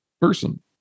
person